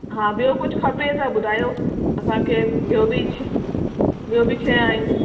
हा ॿियो कुझु खपे त ॿुधायो असांखे ॿियो बि छा ॿियो बि शइ आहिनि